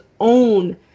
own